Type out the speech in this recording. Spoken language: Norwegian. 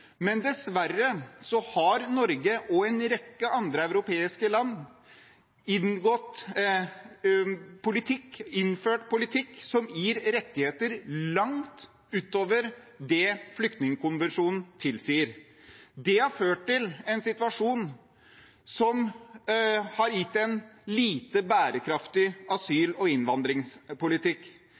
men dessverre har Norge og en rekke andre europeiske land innført politikk som gir rettigheter langt utover det flyktningkonvensjonen tilsier. Det har ført til en situasjon som har gitt en lite bærekraftig asyl- og innvandringspolitikk.